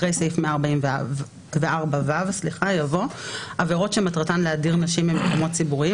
אחרי סעיף 144ו יבוא: "עבירות שמטרתן להדיר נשים ממקומות ציבוריים